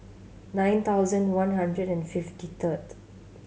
nine thousand one hundred and fifty third